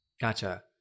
Gotcha